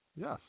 Yes